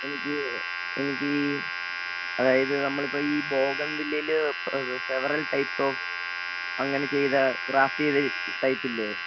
എനിക്ക് എനിക്ക് ഈ അതായത് നമ്മളിപ്പം ഈ ബൊഗയൻവില്ലയിൽ പ് അത് സെവറല് ടൈപ്സ് ഓഫ് അങ്ങനെ ചെയ്ത ക്രാഫ്റ്റ് ചെയ്ത ടൈപ്പില്ലേ